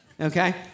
Okay